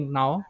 now